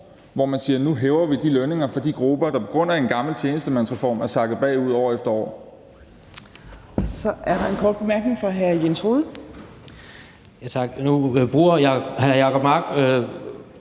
hvor man siger, at nu hæver vi de lønninger for de grupper, der på grund af en gammel tjenestemandsreform er sakket bagud år efter år.